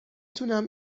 تونم